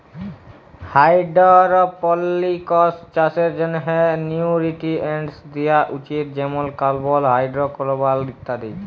hydroponics চাষের জ্যনহে nutrients দিয়া উচিত যেমল কার্বল, হাইডোরোকার্বল ইত্যাদি